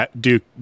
Duke